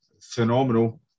phenomenal